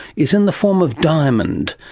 is in the form of diamond.